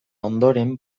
ondoren